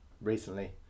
recently